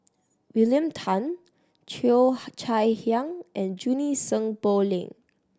William Tan Cheo Chai Hiang and Junie Sng Poh Leng